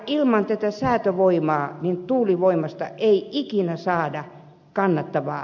ilman tätä säätövoimaa tuulivoimasta ei ikinä saada kannattavaa